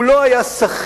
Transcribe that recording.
הוא לא היה שכיר